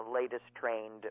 latest-trained